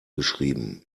geschrieben